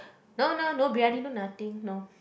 no no no briyani no nothing no